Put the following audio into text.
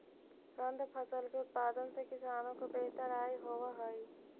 कंद फसल के उत्पादन से किसानों को बेहतर आय होवअ हई